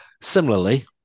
Similarly